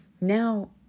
Now